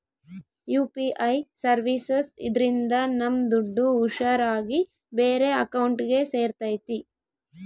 UPI services ಇದ್ರಿಂದ ನಮ್ ದುಡ್ಡು ಹುಷಾರ್ ಆಗಿ ಬೇರೆ ಅಕೌಂಟ್ಗೆ ಸೇರ್ತೈತಿ